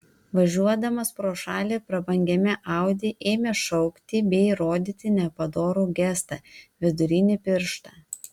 važiuodamas pro šalį prabangiame audi ėmė šaukti bei rodyti nepadorų gestą vidurinį pirštą